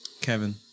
Kevin